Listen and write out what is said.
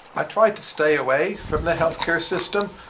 i tried to stay away from the healthcare system.